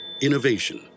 Innovation